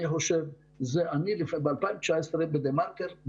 אמרתי בריאיון ב-2019 בדה-מרקר: